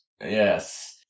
Yes